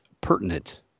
pertinent